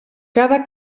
cada